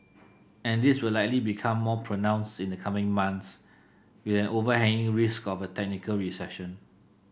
and this will likely become more pronounced in the coming months with an overhanging risk of a technical recession